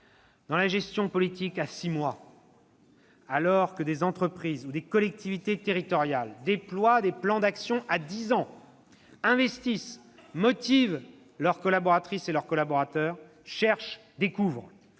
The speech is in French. dans la gestion politique à six mois, alors que des entreprises ou des collectivités territoriales déploient des plans d'action à dix ans, investissent, motivent leurs collaborateurs, cherchent, découvrent.